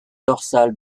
dorsale